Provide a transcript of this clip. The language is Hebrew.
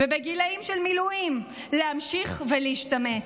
ובגילאים של מילואים להמשיך להשתמט.